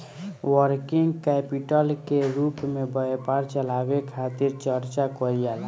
working capital के रूप में व्यापार चलावे खातिर चर्चा कईल जाला